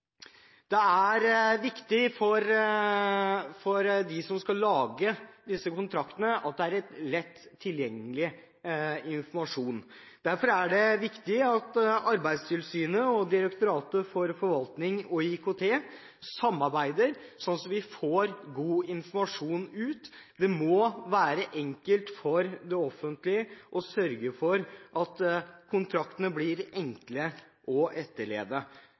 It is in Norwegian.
Det er viktig for dem som skal lage disse kontraktene, at informasjonen er lett tilgjengelig. Derfor er det viktig at Arbeidstilsynet og Direktoratet for forvaltning og IKT samarbeider, slik at vi får ut god informasjon. Det må være enkelt for det offentlige å sørge for at kontraktene blir